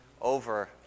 over